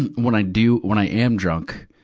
and when i do, when i am drunk,